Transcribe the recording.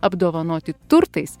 apdovanoti turtais